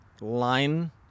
line